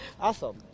awesome